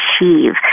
achieve